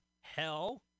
Hell